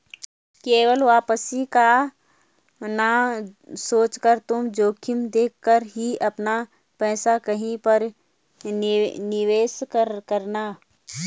केवल वापसी का ना सोचकर तुम जोखिम देख कर ही अपना पैसा कहीं पर निवेश करना